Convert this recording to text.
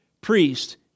priest